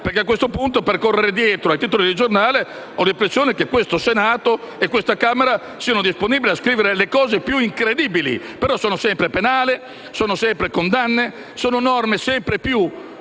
perché a questo punto, per correre dietro ai titoli dei giornali, ho l'impressione che questo Senato e questa Camera siano disponibili ad approvare le cose più incredibili. Si tratta però sempre di norme penali e di condanne, con norme sempre più